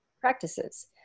practices